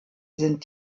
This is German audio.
sind